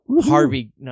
Harvey